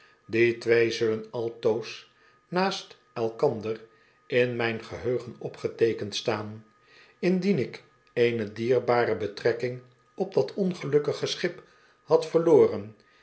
die twee zullen altoos naast elkander in mijn geheugen opgeteekend staan indien ik eene dierbare betrekking op dat ongelukkige schip had verloren